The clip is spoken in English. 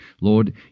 Lord